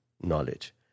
knowledge